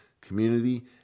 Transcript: community